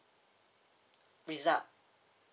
result